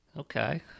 okay